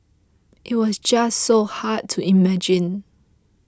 it was just so hard to imagine